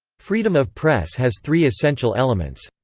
freedom of press has three essential elements.